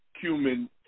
cumin